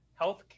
healthcare